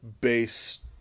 based